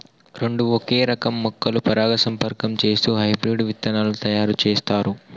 రెండు ఒకే రకం మొక్కలు పరాగసంపర్కం చేస్తూ హైబ్రిడ్ విత్తనాలు తయారు చేస్తారు